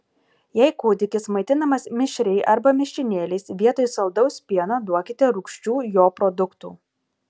jei kūdikis maitinamas mišriai arba mišinėliais vietoj saldaus pieno duokite rūgščių jo produktų